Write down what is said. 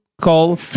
call